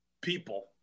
people